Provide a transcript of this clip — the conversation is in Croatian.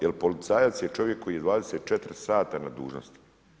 Jer policajac je čovjek koji je 24 sata na dužnosti.